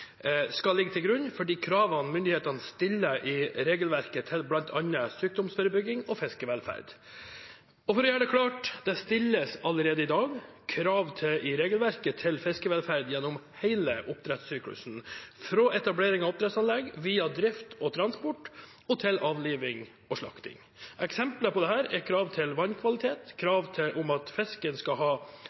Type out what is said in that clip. skal ligge til grunn for de kravene myndighetene stiller i regelverket til bl.a. sykdomsforebygging og fiskevelferd. For å gjøre det klart: Det stilles allerede i dag krav i regelverket til fiskevelferd gjennom hele oppdrettssyklusen, fra etablering av oppdrettsanlegg, via drift og transport og til avliving/slakting. Eksempler på dette er krav til vannkvalitet, krav om at fisken skal ha